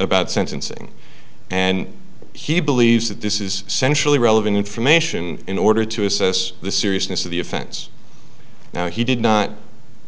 about sentencing and he believes that this is centrally relevant information in order to assess the seriousness of the offense now he did not